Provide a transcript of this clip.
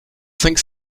cinq